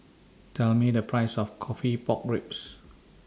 Tell Me The Price of Coffee Pork Ribs